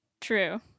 True